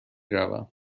روم